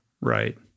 Right